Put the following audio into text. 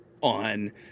on